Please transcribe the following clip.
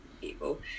people